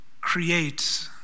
creates